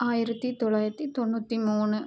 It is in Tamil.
ஆயிரத்தி தொள்ளாயிரத்தி தொண்ணூற்றி மூணு